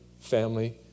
family